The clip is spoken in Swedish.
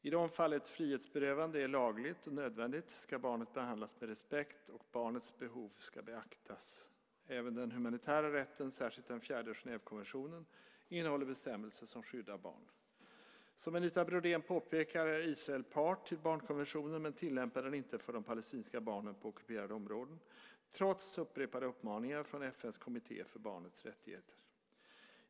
I de fall ett frihetsberövande är lagligt och nödvändigt ska barnet behandlas med respekt, och barnets behov ska beaktas. Även den humanitära rätten, särskilt den fjärde Genèvekonventionen, innehåller bestämmelser som skyddar barn. Som Anita Brodén påpekar är Israel part till barnkonventionen men tillämpar den inte för de palestinska barnen på ockuperade områden trots upprepade uppmaningar från FN:s kommitté för barnets rättigheter.